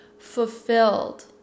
fulfilled